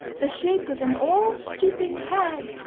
the shape of an old stooping hag,